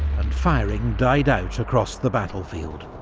and firing died out across the battlefield.